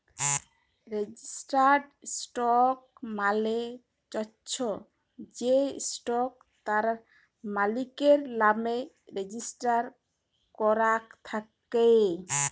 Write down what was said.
registered stock মালে চ্ছ যে স্টক তার মালিকের লামে রেজিস্টার করাক থাক্যে